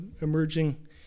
emerging